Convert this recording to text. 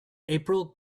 april